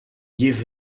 div